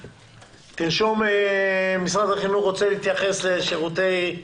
תרשום: משרד החינוך רוצה להתייחס לשירותי למידה.